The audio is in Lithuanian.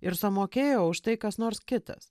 ir sumokėjo už tai kas nors kitas